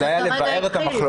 זה היה לבער את המחלוקת.